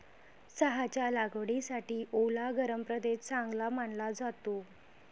चहाच्या लागवडीसाठी ओला गरम प्रदेश चांगला मानला जातो